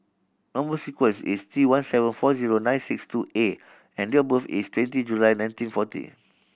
number sequence is T one seven four zero nine six two A and date of birth is twenty July nineteen forty